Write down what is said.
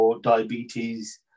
diabetes